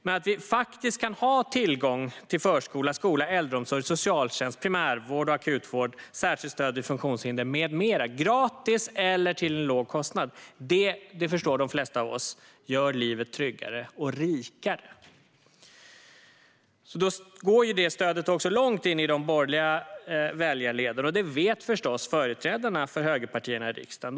Men att vi faktiskt kan ha tillgång till förskola, skola, äldreomsorg, socialtjänst, primärvård och akutvård, särskilt stöd vid funktionshinder med mera gratis eller till en låg kostnad förstår de flesta av oss gör livet tryggare och rikare. Därför går stödet för det även långt in i de borgerliga väljarleden. Det vet förstås företrädarna för högerpartierna i riksdagen.